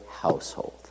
household